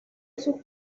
sus